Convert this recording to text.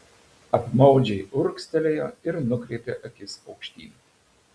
apmaudžiai urgztelėjo ir nukreipė akis aukštyn